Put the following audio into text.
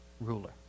ruler